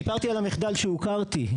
סיפרתי על המחדל שהוכרתי,